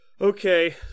Okay